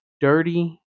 dirty